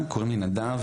קוראים לי נדב,